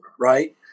right